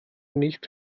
nicht